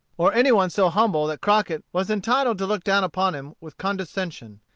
or any one so humble that crockett was entitled to look down upon him with condescension.